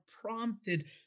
prompted